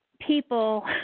people